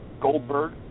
Goldberg